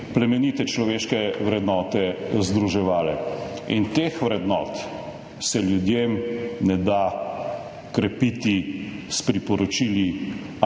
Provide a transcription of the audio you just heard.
plemenite človeške vrednote združevale. In teh vrednot se pri ljudeh ne da krepiti s priporočili